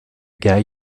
guy